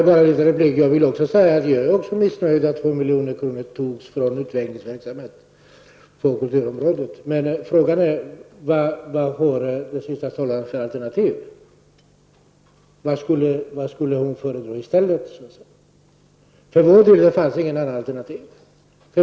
Herr talman! Jag är också missnöjd över att 2 milj.kr. togs från utvecklingsverksamhet på kulturområdet. Men frågan är vad den senaste talaren har för alternativ. Vad skulle hon föredra i stället? För vår del fanns inget annat alternativ.